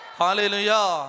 hallelujah